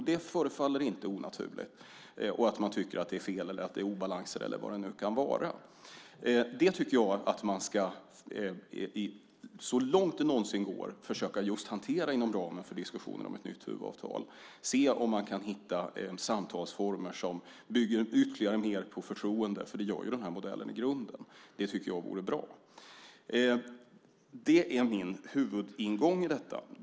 Det förefaller inte onaturligt, liksom att man tycker att det är fel, obalanser eller vad det nu kan vara. Det tycker jag att man ska, så långt det någonsin går, försöka just hantera inom ramen för diskussionen om ett nytt huvudavtal och se om man kan hitta samtalsformer som bygger ytterligare på förtroende. Det gör ju den här modellen i grunden. Det tycker jag också är bra. Det är min huvudingång i detta.